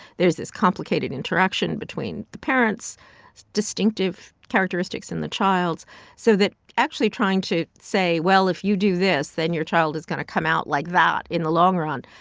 there's this complicated interaction between the parents' distinctive characteristics and the child's so that actually trying to say, well, if you do this, then your child is going to come out like that in the long run,